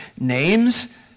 names